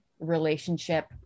relationship